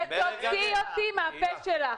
תוציאי אותי מהפה שלך.